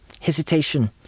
hesitation